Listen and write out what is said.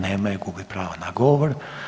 Nema je, gubi pravo na govor.